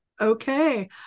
Okay